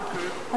אדוני.